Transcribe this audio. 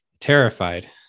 terrified